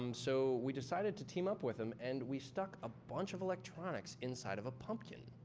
um so we decided to team up with him, and we stuck a bunch of electronics inside of a pumpkin.